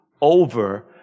over